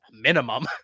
minimum